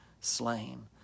slain